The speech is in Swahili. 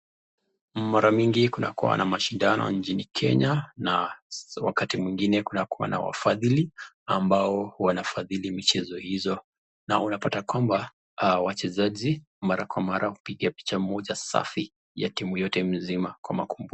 Mara mingi kunakuwa na mashindano nchini Kenya na wakati mwingine kunakuwa na wafadhili ambao wanafadhili michezo hizo na unapata kwamba wachezaji mara kwa mara kupiga picha moja safi ya timu yote mzima kwa makundi.